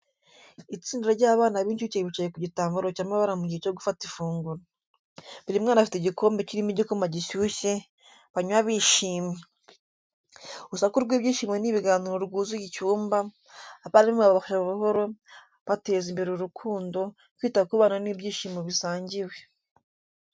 Itsinda ry’abana b’incuke bicaye ku gitambaro cy’amabara mu gihe cyo gufata ifunguro. Buri mwana afite igikombe kirimo igikoma gishyushye, banywa bishimye. Urusaku rw’ibyishimo n’ibiganiro rwuzuye icyumba, abarimu babafasha buhoro, bateza imbere urukundo, kwita ku bana n’ibyishimo bisangiwe.